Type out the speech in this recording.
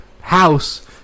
House